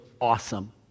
awesome